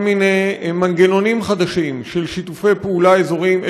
כל מיני מנגנונים חדשים של שיתופי פעולה אזוריים,